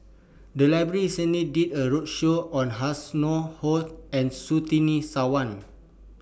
The Library recently did A roadshow on Ho and Surtini Sarwan